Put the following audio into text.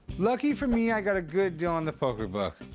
lucky for me, i got a good deal on the poker book.